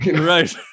Right